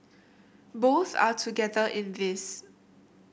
both are together in this